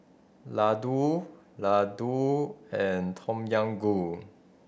Ladoo Ladoo and Tom Yam Goong